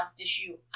issue